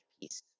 piece